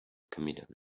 chameleon